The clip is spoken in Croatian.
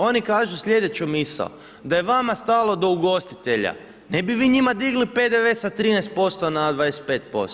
Oni kažu sljedeću misao, da je vama stalo do ugostitelja, ne bi vi njima digli PDV sa 13% na 25%